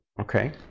Okay